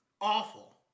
Awful